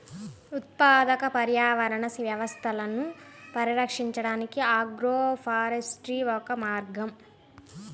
ఉత్పాదక పర్యావరణ వ్యవస్థలను సంరక్షించడానికి ఆగ్రోఫారెస్ట్రీ ఒక మార్గం